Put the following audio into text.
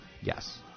Yes